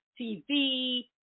TV